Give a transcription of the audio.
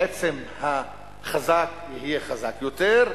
בעצם החזק יהיה חזק יותר,